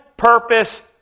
purpose